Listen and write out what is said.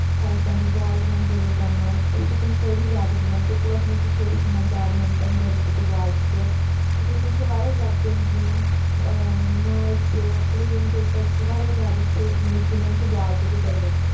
for example boys یا گٔرلٕزَن منٛز أسۍ چھِ تِم سٲری زیادٕ گِنٛدان سکوٗلَس منٛز تہِ چھِ أسۍ گِنٛدان بیڈمِنٹَن گٔرلٕز تہِ تہٕ بایز تہِ یِتھٕے کٔنۍ چھِ واریاہ زیادٕ تِم گیم یِم میچ چھُ پٕلینٛگ کِرکَٹ چھُ واریاہ زیادٕ چھُ یِم أسۍ گِنٛدان چھِ بایز تہِ تہٕ گٔرلٕز تہِ